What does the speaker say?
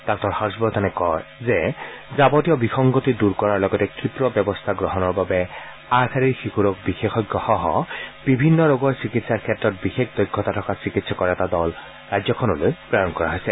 ডাঃ হৰ্যবৰ্ধনে কয় যে যাৱতীয় বিসংগতি দূৰ কৰাৰ লগতে ক্ষীপ্ৰ ব্যৱস্থা গ্ৰহণৰ বাবে আগশাৰীৰ শিশু ৰোগ বিশেষজ্ঞসহ বিভিন্ন ৰোগৰ চিকিৎসাৰ ক্ষেত্ৰত বিশেষ দক্ষতা থকা চিকিৎসকৰ এটা দল প্ৰেৰণ কৰা হৈছে